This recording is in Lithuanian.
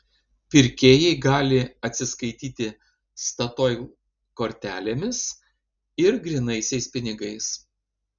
pirkėjai gali atsiskaityti statoil kortelėmis ir grynaisiais pinigais